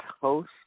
host